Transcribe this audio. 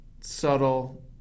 subtle